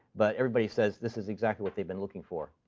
but everybody says this is exactly what they've been looking for.